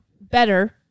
better